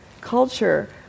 culture